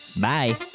Bye